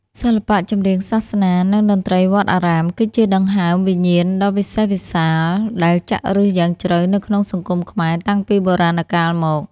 សិល្បៈចម្រៀងសាសនា និងតន្ត្រីវត្តអារាម គឺជាដង្ហើមវិញ្ញាណដ៏វិសេសវិសាលដែលចាក់ឫសយ៉ាងជ្រៅនៅក្នុងសង្គមខ្មែរតាំងពីបុរាណកាលមក។